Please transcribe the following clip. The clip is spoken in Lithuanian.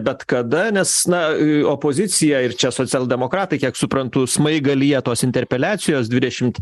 bet kada nes na opozicija ir čia socialdemokratai kiek suprantu smaigalyje tos interpeliacijos dvidešim